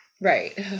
right